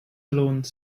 alone